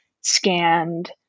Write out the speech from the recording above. scanned